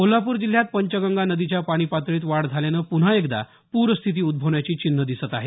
कोल्हापूर जिल्ह्यात पंचगंगा नदीच्या पाणी पातळीत वाढ झाल्यानं पून्हा एकदा पूरस्थिती उद्भवण्याची चिन्ह दिसत आहेत